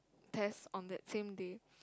test on the same day